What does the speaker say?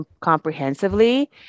comprehensively